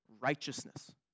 righteousness